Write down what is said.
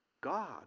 God